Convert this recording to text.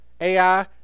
AI